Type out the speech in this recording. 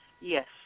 Yes